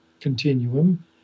Continuum